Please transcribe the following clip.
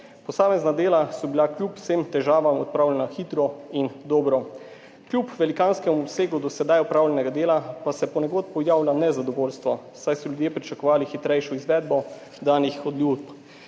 Posamezna dela so bila kljub vsem težavam odpravljena hitro in dobro. Kljub velikanskemu obsegu do sedaj opravljenega dela pa se ponekod pojavlja nezadovoljstvo, saj so ljudje pričakovali hitrejšo izvedbo danih obljub.